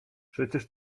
przecież